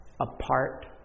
apart